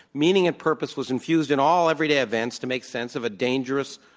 meaning and purpose was infused in all everyday events to make sense of a dangerous,